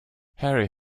harry